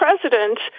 president